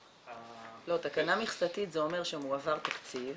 לא, תקנה מכסתית זה אומר שמועבר תקציב